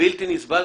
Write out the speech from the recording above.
בלתי נסבל.